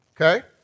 okay